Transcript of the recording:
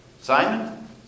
Simon